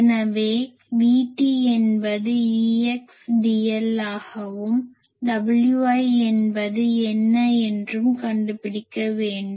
எனவே VT என்பது E × dl ஆகவும் Wi என்பது என்ன என்றும் கண்டு பிடிக்க வேண்டும்